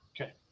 Okay